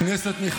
אינו נוכח,